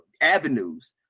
avenues